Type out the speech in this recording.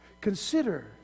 Consider